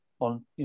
On